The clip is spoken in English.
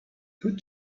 put